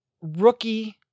rookie